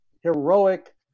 heroic